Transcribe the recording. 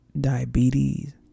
diabetes